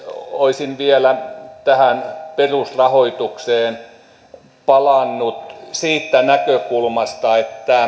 olisin vielä tähän perusrahoitukseen palannut siitä näkökulmasta